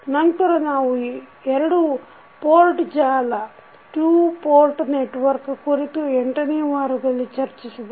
ನಂತರ ನಾವು ಎರಡು ಪೋರ್ಟ ಜಾಲ ಕುರಿತು 8ನೆಯ ವಾರದಲ್ಲಿ ಚರ್ಚಿಸಿದೆವು